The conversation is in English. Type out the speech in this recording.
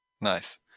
Nice